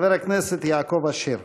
חבר הכנסת יעקב אשר.